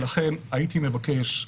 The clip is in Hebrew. ולכן הייתי מבקש,